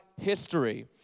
history